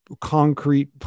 concrete